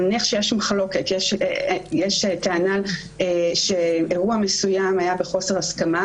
נניח שיש מחלוקת ויש טענה שאירוע מסוים היה בחוסר הסכמה,